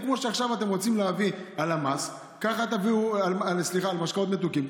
כמו שעכשיו אתם רוצים להביא מס על משקאות מתוקים,